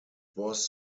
was